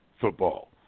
football